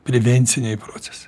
prevenciniai procesai